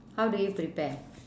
how do you prepare